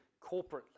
corporately